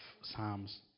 Psalms